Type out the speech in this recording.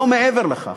לא מעבר לכך.